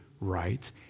right